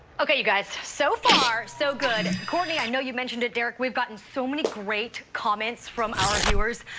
okay, you guys, so far so good. courtney, i know you mentioned it, derrick, we've got son and so many great comments from our viewers.